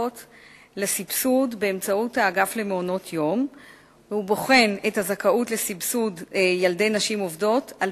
ב-4 באוגוסט 2009 נחתם הסכם ענפי